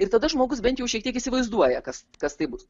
ir tada žmogus bent jau šiek tiek įsivaizduoja kas kas tai bus